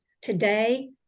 Today